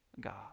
God